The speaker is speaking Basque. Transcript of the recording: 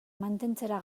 mantentzera